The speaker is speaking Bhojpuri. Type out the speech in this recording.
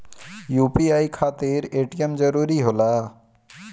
यू.पी.आई खातिर ए.टी.एम जरूरी होला?